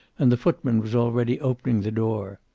and the footman was already opening the door.